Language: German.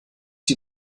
die